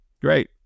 great